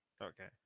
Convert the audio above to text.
okay